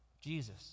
Jesus